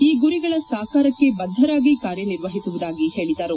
ಈ ಗುರಿಗಳ ಸಾಕಾರಕ್ಕೆ ಬದ್ದರಾಗಿ ಕಾರ್ಯನಿರ್ವಹಿಸುವುದಾಗಿ ಹೇಳಿದರು